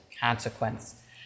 consequence